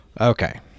Okay